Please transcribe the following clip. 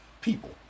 people